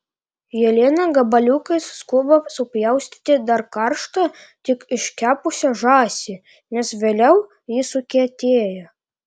jelena gabaliukais skuba supjaustyti dar karštą tik iškepusią žąsį nes vėliau ji sukietėja